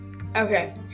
Okay